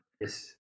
Yes